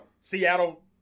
Seattle